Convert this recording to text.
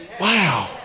Wow